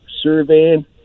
surveying